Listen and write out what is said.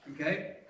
Okay